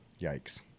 Yikes